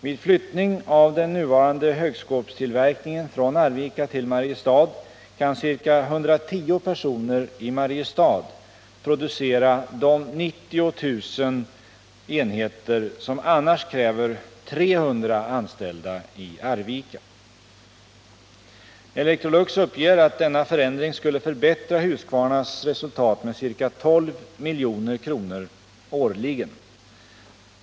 Vid flyttning av den nuvarande högskåpstillverkningen från: Arvika till Mariestad, kan ca 110 personer i Mariestad producera de 90000 enheter som annars kräver 300 anställda i Arvika. Electrolux uppger att denna förändring skulle förbättra Husqvarnas resultat med ca 12 milj.kr. årligen.